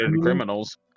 criminals